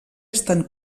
estan